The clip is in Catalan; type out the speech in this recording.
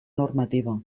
normativa